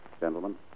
gentlemen